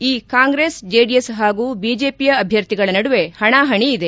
ಈ ಕಾಂಗ್ರೆಸ್ ಜೆಡಿಎಸ್ ಹಾಗೂ ಬಿಜೆಪಿಯ ಅಭ್ಯರ್ಥಿಗಳ ನಡುವೆ ಹಣಾಹಣಿ ಇದೆ